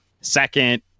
second